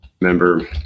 member